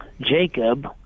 Jacob